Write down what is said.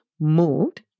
moved